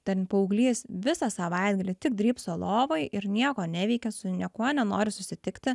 ten paauglys visą savaitgalį tik drybso lovoj ir nieko neveikia su niekuo nenori susitikti